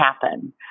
happen